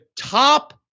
top